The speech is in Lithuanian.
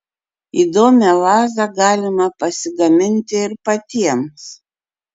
įdomią vazą galima pasigaminti ir patiems